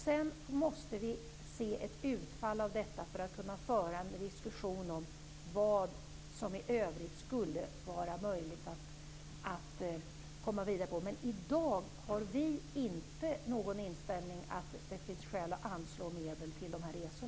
Vi måste se ett utfall av detta för att kunna föra en diskussion om hur det i övrigt skulle vara möjligt att komma vidare. I dag har vi inte inställningen att det finns skäl att anslå medel till dessa resor.